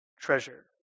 treasure